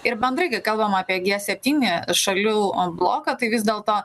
ir bendrai kai kalbame apie g septyni šalių bloką tai vis dėlto